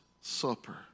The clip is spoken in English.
Supper